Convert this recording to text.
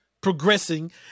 progressing